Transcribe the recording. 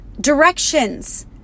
Directions